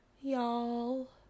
y'all